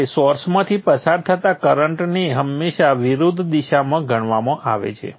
હવે સોર્સમાંથી પસાર થતા કરંટને હંમેશા વિરુદ્ધ દિશામાં ગણવામાં આવે છે